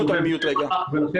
אבל אני